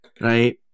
right